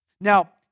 Now